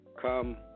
Come